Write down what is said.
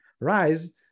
rise